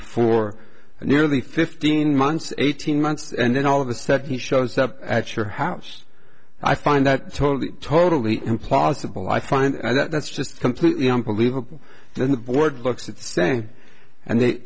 for nearly fifteen months eighteen months and then all of the said he shows up at your house i find that totally totally implausible i find that's just completely unbelievable the boardwalks it's saying and they